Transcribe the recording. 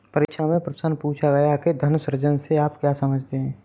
परीक्षा में प्रश्न पूछा गया कि धन सृजन से आप क्या समझते हैं?